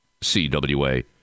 CWA